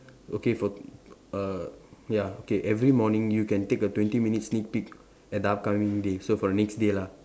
okay for err ya okay every morning you can take a twenty minutes sneak peak at the upcoming day so for the next day lah